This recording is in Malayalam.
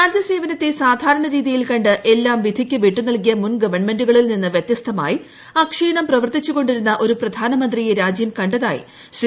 രാജ്യസേവനത്തെ സാധാരണ രീതിയിൽ കണ്ട് എല്ലാം വിധിക്ക് വിട്ടുനൽകിയ മുൻ ഗവൺമെന്റുകളിൽ നിന്ന് വ്യത്യസ്തമായി അക്ഷീണം പ്രവർത്തിച്ചുകൊണ്ടിരുന്ന ഒരു പ്രധാനമന്ത്രിയെ രാജ്യം കണ്ടതായി ശ്രീ